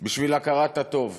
בשביל הכרת הטוב.